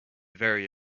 very